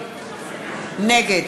נגד